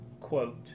quote